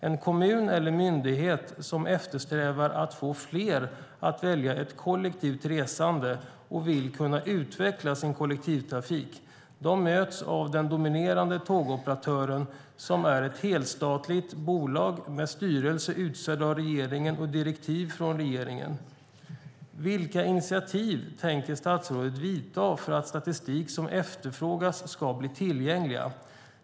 En kommun eller myndighet som strävar efter att få fler att välja kollektivt resande och vill kunna utveckla sin kollektivtrafik möts av den dominerande tågoperatören som är ett helstatligt bolag med styrelse utsedd av regeringen och direktiv från regeringen. Vilka initiativ tänker statsrådet ta för att statistik som efterfrågas ska bli tillgänglig?